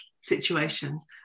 situations